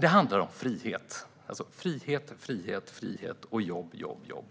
Det handlar om frihet, frihet, frihet och jobb, jobb, jobb.